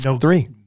Three